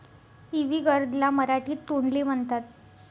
इवी gourd ला मराठीत तोंडली म्हणतात